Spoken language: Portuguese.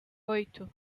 oito